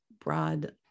broad